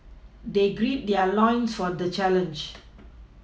they gird their loins for the challenge